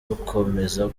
rukomeza